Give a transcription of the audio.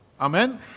Amen